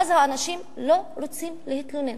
ואז האנשים לא רוצים להתלונן.